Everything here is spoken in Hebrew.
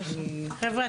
חבר'ה,